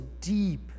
deep